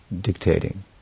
dictating